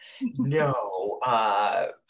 No